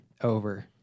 over